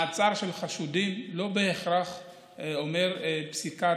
מעצר של חשודים לא בהכרח אומר פסיקה